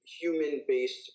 human-based